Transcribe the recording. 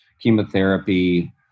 chemotherapy